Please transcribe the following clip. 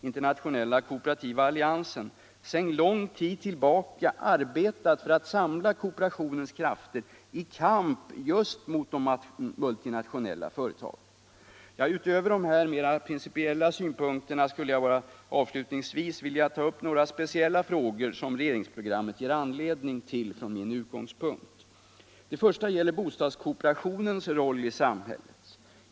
Internationella kooperativa alliansen, lång tid arbetat för att samla kooperationens krafter i kamp just mot de multinationella företagen. Utöver dessa mera principiella synpunkter skulle jag avslutningsvis vilja ta upp några speciella frågor som regeringsprogrammet ger anledning till från min utgångspunkt. Den första gäller bostadskooperationens roll i samhället.